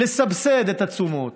לסבסד את התשומות,